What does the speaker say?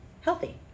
healthy